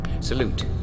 Salute